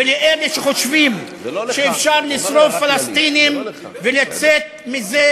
ולאלה שחושבים שאפשר לשרוף פלסטינים ולצאת מזה